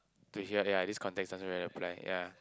to hear that ah yea yea this context doesn't really apply yeah